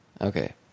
Okay